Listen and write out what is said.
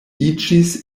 iĝis